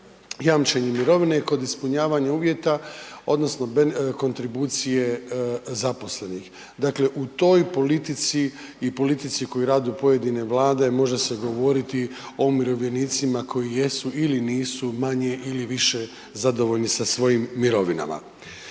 jamčenje mirovine kod ispunjavanja uvjeta odnosno kontribucije zaposlenih. Dakle u toj politici i politici koje rade pojedine vlade, može se govoriti o umirovljenicima koji jesu ili nisu manje ili više zadovoljni sa svojim mirovinama,